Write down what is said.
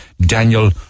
Daniel